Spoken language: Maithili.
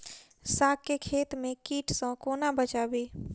साग केँ खेत केँ कीट सऽ कोना बचाबी?